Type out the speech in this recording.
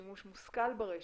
שימוש מושכל ברשת.